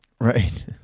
Right